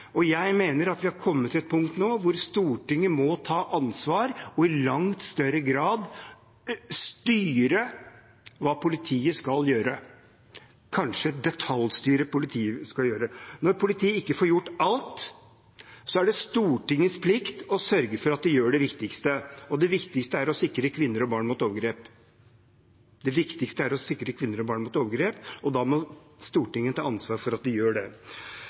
Jeg mener at vi er kommet til et punkt nå der Stortinget må ta ansvar og i langt større grad styre, kanskje detaljstyre, hva politiet skal gjøre. Når politiet ikke får gjort alt, er det Stortingets plikt å sørge for at de gjør det viktigste, og det viktigste er å sikre kvinner og barn mot overgrep. Da må Stortinget ta ansvar for at de gjør det. SV har tatt initiativ til at vi på budsjettene får øremerkede ressurser som skal sikre politiets arbeid mot nettopp overgrep og voldtekt. Det